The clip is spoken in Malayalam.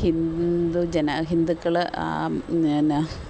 ഹിന്ദു ജന ഹിന്ദുക്കള് എന്നാ